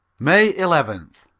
may eleventh.